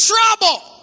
trouble